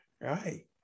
right